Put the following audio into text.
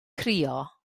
crio